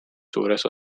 suures